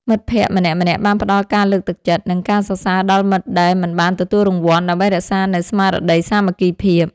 មិត្តភក្តិម្នាក់ៗបានផ្ដល់ការលើកទឹកចិត្ត និងការសរសើរដល់មិត្តដែលមិនបានទទួលរង្វាន់ ដើម្បីរក្សានូវស្មារតីសាមគ្គីភាព។